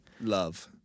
Love